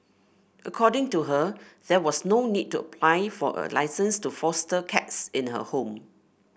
according to her there was no need to apply for a licence to foster cats in her home